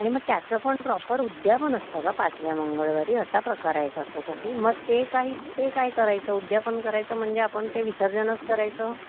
आणि मग त्याचं पण प्रॉपर उद्यापन असतं का पाचव्या मंगळवारी असा प्रकार आहे का तो काही मग ते काही ते काय करायचं उद्यापन करायचं म्हणजे आपण ते विसर्जनच करायचं